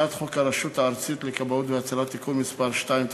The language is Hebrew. הצעת חוק הרשות הארצית לכבאות והצלה (תיקון מס' 2),